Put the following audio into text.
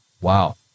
Wow